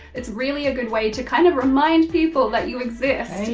it's really a good way to kind of remind people that you exist. hey!